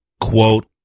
quote